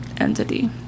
entity